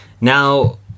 now